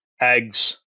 eggs